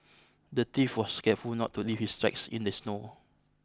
the thief was careful not to leave his tracks in the snow